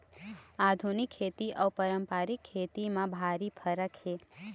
आधुनिक खेती अउ पारंपरिक खेती म भारी फरक हे